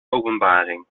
openbaring